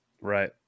Right